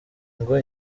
ngo